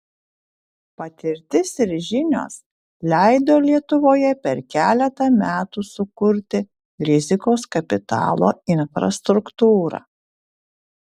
patirtis ir žinios leido lietuvoje per keletą metų sukurti rizikos kapitalo infrastruktūrą